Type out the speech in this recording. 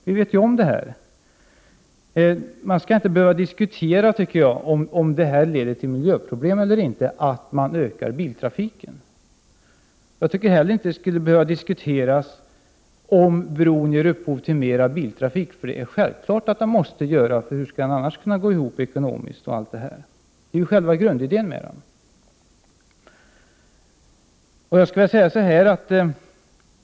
Jag tycker inte att man skall behöva diskutera om det leder till miljöproblem att man ökar biltrafiken. Det skall inte heller behöva diskuteras om bron ger upphov till mera biltrafik. Det är självklart att den måste göra det. Hur skulle den annars kunna gå ihop ekonomiskt? Det är ju själva grundidén med den.